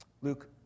Luke